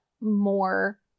more